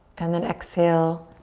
and then exhale.